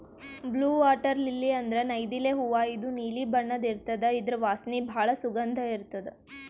blue water lily ಅಂದ್ರ ನೈದಿಲೆ ಹೂವಾ ಇದು ನೀಲಿ ಬಣ್ಣದ್ ಇರ್ತದ್ ಇದ್ರ್ ವಾಸನಿ ಭಾಳ್ ಸುಗಂಧ್ ಇರ್ತದ್